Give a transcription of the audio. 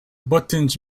buttons